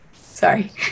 sorry